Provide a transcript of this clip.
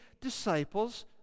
disciples